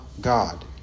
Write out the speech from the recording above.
God